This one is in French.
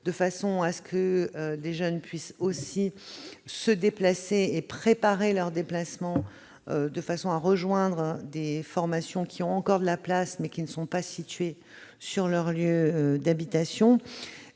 en amont, afin que les jeunes puissent se déplacer et préparer leur déplacement pour rejoindre des formations qui ont encore de la place, mais ne sont pas situées sur leur lieu d'habitation.